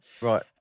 Right